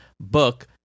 book